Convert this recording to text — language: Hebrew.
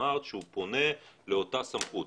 אמרת שהוא פונה לאותה סמכות,